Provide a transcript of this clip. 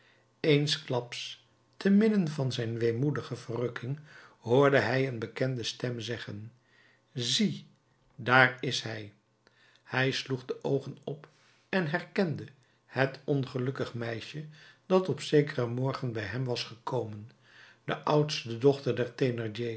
eensklaps te midden van zijn weemoedige verrukking hoorde hij een bekende stem zeggen zie daar is hij hij sloeg de oogen op en herkende het ongelukkig meisje dat op zekeren morgen bij hem was gekomen de oudste dochter